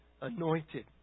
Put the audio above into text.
anointed